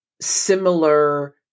similar